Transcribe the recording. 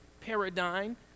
paradigm